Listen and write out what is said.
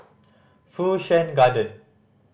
Fu Shan Garden